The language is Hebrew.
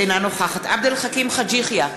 אינה נוכחת עבד אל חכים חאג' יחיא,